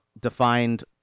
defined